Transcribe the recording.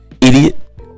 Idiot